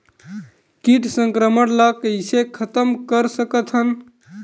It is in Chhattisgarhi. कीट संक्रमण ला कइसे खतम कर सकथन?